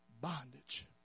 bondage